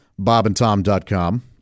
BobandTom.com